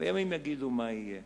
וימים יגידו מה יהיה.